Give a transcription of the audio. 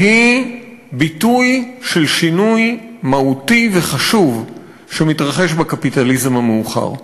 והיא ביטוי של שינוי מהותי וחשוב שמתרחש בקפיטליזם המאוחר.